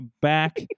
back